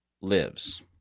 lives